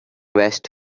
west